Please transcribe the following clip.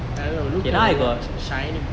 I don't know look at the watch shiny